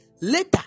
Later